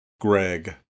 Greg